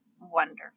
Wonderful